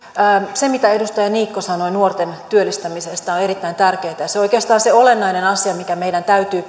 se mitä edustaja niikko sanoi nuorten työllistämisestä on on erittäin tärkeätä ja se on oikeastaan se olennainen asia mikä meidän täytyy